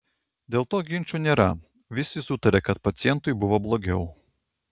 dėl to ginčų nėra visi sutaria kad pacientui buvo blogiau